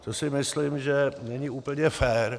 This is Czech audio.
To si myslím, že není úplně fér.